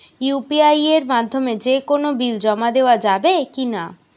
UPI এর মাধ্যমে যে কোনো বিল জমা দেওয়া যাবে কি না?